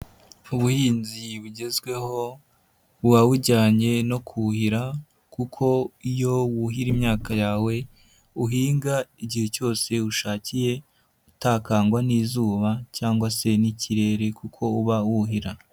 Ubuhinzi bugezweho buba bujyanye no kuhira kuko iyo wuhira imyaka yawe uhinga igihe cyose ushakiye utakangwa n'izuba cyangwa se n'ikirere kuko uba wuhira.